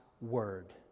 word